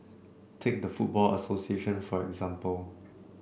take the football association for example